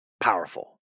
powerful